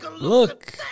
Look